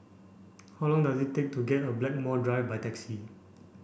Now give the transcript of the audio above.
how long does it take to get a Blackmore Drive by taxi